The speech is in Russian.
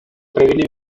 провели